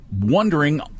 wondering